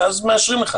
ואז מאשרים לך.